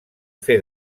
fer